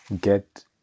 get